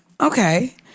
Okay